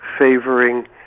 favoring